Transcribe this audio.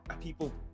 People